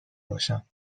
باشم